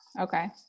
Okay